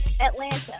Atlanta